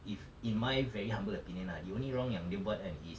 if in my very humble opinion lah the only wrong yang dia buat kan is